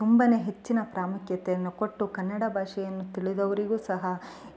ತುಂಬ ಹೆಚ್ಚಿನ ಪ್ರಾಮುಖ್ಯತೆಯನ್ನು ಕೊಟ್ಟು ಕನ್ನಡ ಭಾಷೆಯನ್ನು ತಿಳಿದವರಿಗೂ ಸಹ